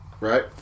Right